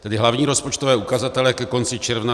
Tedy hlavní rozpočtové ukazatele ke konci června 2017.